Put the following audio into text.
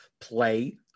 play